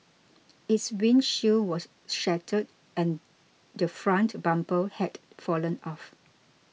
its windshield was shattered and the front bumper had fallen off